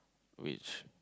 which